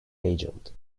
agent